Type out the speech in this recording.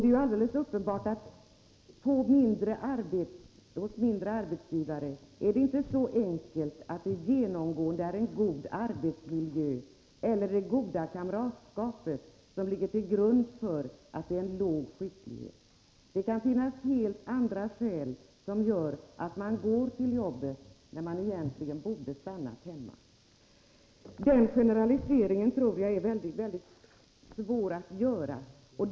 Det är helt klart att det inte är så enkelt att på mindre företag få en god arbetsmiljö eller det goda kamratskap som ligger till grund för låg sjuklighet. Det kan finnas speciella skäl som gör att man går till arbetet, trots att man egentligen borde ha stannat hemma. Jag tror att det är mycket svårt att generalisera.